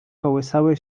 kołysały